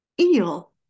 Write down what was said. eel